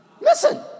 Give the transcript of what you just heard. Listen